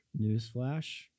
newsflash